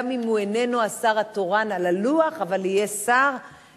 גם אם הוא איננו השר התורן על הלוח אבל יהיה שר,